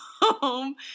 home